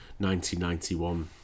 1991